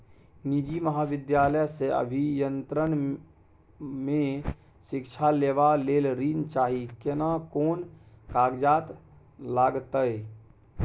निजी महाविद्यालय से अभियंत्रण मे शिक्षा लेबा ले ऋण चाही केना कोन कागजात लागतै?